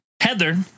Heather